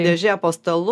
dėžė po stalu